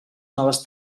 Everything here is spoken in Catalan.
noves